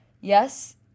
yes